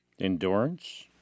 Endurance